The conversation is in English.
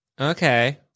Okay